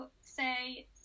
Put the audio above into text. say